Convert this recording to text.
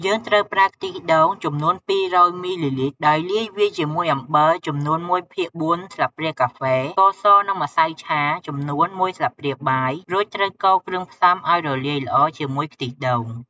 យើងត្រូវប្រើខ្ទិះដូងចំនួន ២០០មីលីលីត្រ ដោយលាយវាជាមួយអំបិល ចំនួន ១ភាគ៤ ស្លាបព្រាកាហ្វេ ស្ករស និងម្សៅឆាចំនួន មួយស្លាបព្រាបាយ រួចត្រូវកូរគ្រឿងផ្សំឱ្យរលាយល្អជាមួយខ្ទិះដូង។